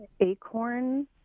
Acorn